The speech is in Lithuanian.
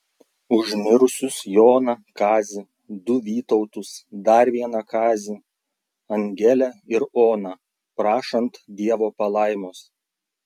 už mirusius joną kazį du vytautus dar vieną kazį angelę ir oną prašant dievo palaimos